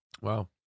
Wow